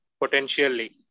Potentially